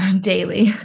daily